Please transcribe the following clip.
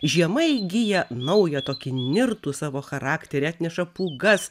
žiema įgyja naują tokį nirtų savo charakterį atneša pūgas